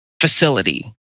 facility